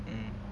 mm